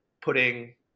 putting